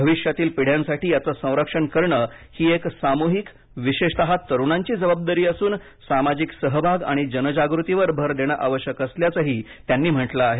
भविष्यातील पिढ्यांसाठी याचं संरक्षण करणे ही एक सामुहिक विशेषतः तरुणांची जबाबदारी असून सामाजिक सहभाग आणि जनजागृतीवर भर देणं आवश्यक असल्याचंही त्यांनी म्हटलं आहे